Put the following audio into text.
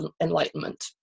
enlightenment